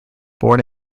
born